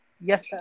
yes